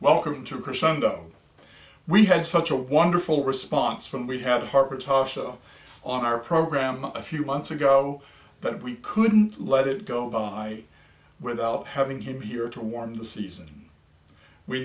welcome to a crescendo we had such a wonderful response from we have harper tough show on our program a few months ago but we couldn't let it go by without having him here to warm the season we